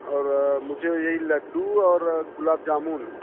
और मुझे यही लड्डू और गुलाब जामुन